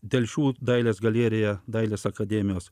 telšių dailės galerija dailės akademijos